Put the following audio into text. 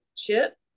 Chip